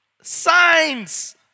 signs